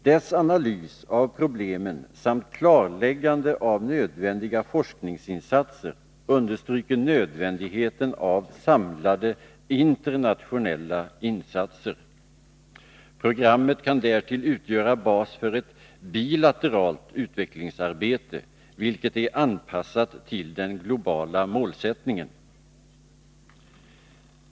Dess analys av problemen samt klarläggande av nödvändiga forskningsinsatser understryker nödvändigheten av samlade internationella insatser. Programmet kan därtill utgöra bas för ett bilateralt utvecklingsarbete vilket är anpassat till den globala målsättningen.